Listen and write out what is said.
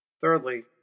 Thirdly